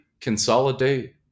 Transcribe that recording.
consolidate